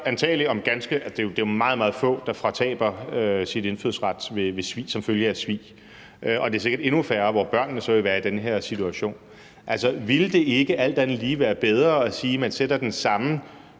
konventioner? Det er jo meget, meget få, der fortaber sin indfødsret som følge af et svig, og det er sikkert endnu færre børn, der ville være i den her situation. Ville det ikke alt andet lige være bedre at sige, at man sætter den samme